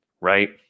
right